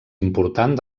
important